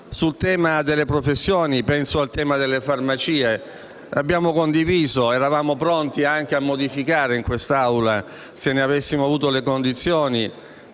il tema delle professioni (penso al tema delle farmacie), abbiamo condiviso - ed eravamo pronti anche a modificare il testo in quest'Aula, se ne avessimo avuto le condizioni